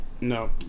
No